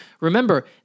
remember